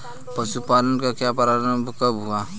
पशुपालन का प्रारंभ कब हुआ?